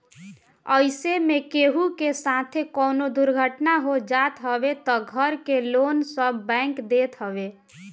अइसे में केहू के साथे कवनो दुर्घटना हो जात हवे तअ घर के लोन सब बैंक देत हवे